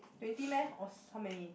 twenty meh or how many